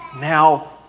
now